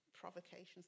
provocations